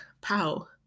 pow